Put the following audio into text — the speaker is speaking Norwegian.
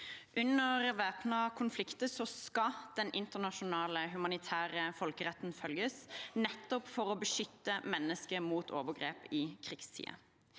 Under væpnede konflikter skal den internasjonale humanitære folkeretten følges nettopp for å beskytte mennesker mot overgrep i krigstider.